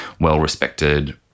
well-respected